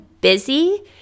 busy